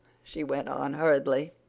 she went on hurriedly.